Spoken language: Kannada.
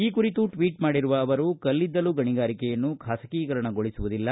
ಈ ಕುರಿತು ಟ್ವೀಟ್ ಮಾಡಿರುವ ಅವರು ಕಲ್ಲಿದ್ದಲ್ಲು ಗಣಿಗಾರಿಕೆಯನ್ನು ಖಾಸಗೀಕರಣಗೊಳಿಸುವುದಿಲ್ಲ